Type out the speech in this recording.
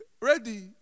Ready